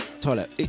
toilet